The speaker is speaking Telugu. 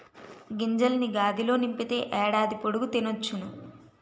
గింజల్ని గాదిలో నింపితే ఏడాది పొడుగు తినొచ్చును